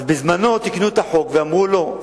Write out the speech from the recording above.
בזמנו תיקנו את החוק ואמרו: לא,